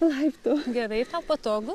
laiptų gerai tau patogu